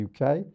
UK